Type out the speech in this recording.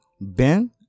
Ben